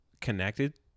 connected